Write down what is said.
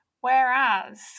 Whereas